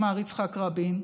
אמר יצחק רבין,